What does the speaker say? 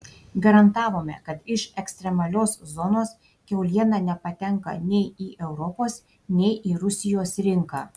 garantavome kad iš ekstremalios zonos kiauliena nepatenka nei į europos nei į rusijos rinką